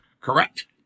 correct